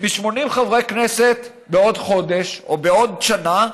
מ-80 חברי כנסת בעוד חודש או בעוד שנה,